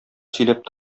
сөйләп